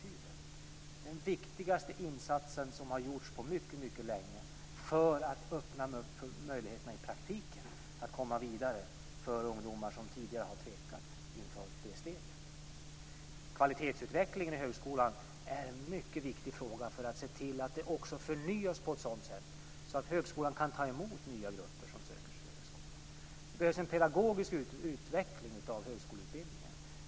Vi har här den viktigaste insats som gjorts på mycket länge för att i praktiken öppna för möjligheter att komma vidare för ungdomar som tidigare har tvekat inför det här steget. Kvalitetsutvecklingen inom högskolan är en mycket viktig fråga när det gäller att se till att det också förnyas på ett sådant sätt att högskolan kan ta emot nya grupper som söker sig dit. Det behövs en pedagogisk utveckling av högskoleutbildningen.